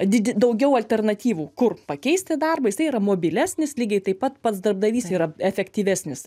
didedaugiau alternatyvų kur pakeisti darbą tai yra mobilesnis lygiai taip pat pats darbdavys yra efektyvesnis